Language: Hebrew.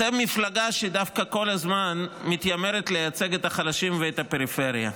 אתם מפלגה שדווקא כל הזמן מתיימרת לייצג את החלשים ואת הפריפריה.